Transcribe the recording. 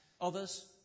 others